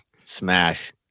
Smash